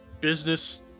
business